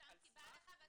סתם כי בא לך?